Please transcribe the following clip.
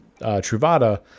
Truvada